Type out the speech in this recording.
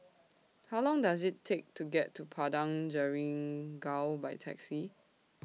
How Long Does IT Take to get to Padang Jeringau By Taxi